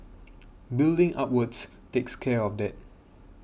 building upwards takes care of that